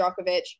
Djokovic